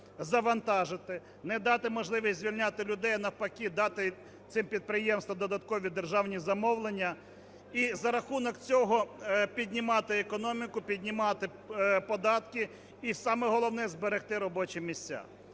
завантажити, не дати можливість звільняти людей, а навпаки дати цим підприємствам додаткові державні замовлення, і за рахунок цього піднімати економіку, піднімати податки і, саме головне, зберегти робочі місця.